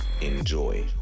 enjoy